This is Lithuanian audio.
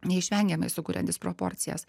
neišvengiamai sukuria disproporcijas